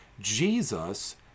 jesus